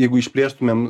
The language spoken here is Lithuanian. jeigu išplėstumėm